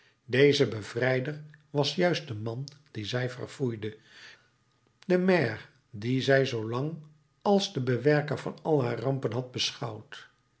deze bevrijder was juist de man dien zij verfoeide de maire dien zij zoolang als den bewerker van al haar rampen had beschouwd